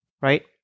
Right